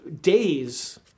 days